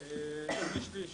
יותר משליש